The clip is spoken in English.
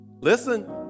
Listen